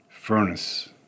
furnace